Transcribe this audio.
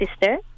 sister